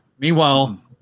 Meanwhile